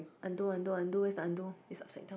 undo undo undo where's the undo it's upside down